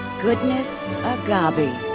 goodness agabi.